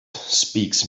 speaks